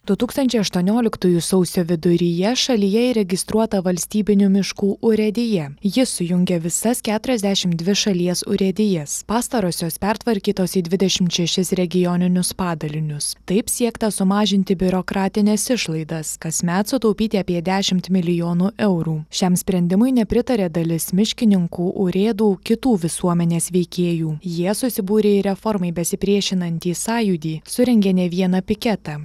du tūkstančiai aštuonioliktųjų sausio viduryje šalyje įregistruota valstybinių miškų urėdija ji sujungia visas keturiasdešim dvi šalies urėdijas pastarosios pertvarkytos į dvidešimt šešis regioninius padalinius taip siekta sumažinti biurokratines išlaidas kasmet sutaupyti apie dešimt milijonų eurų šiam sprendimui nepritarė dalis miškininkų urėdų kitų visuomenės veikėjų jie susibūrė į reformai besipriešinantį sąjūdį surengė ne vieną piketą